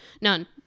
None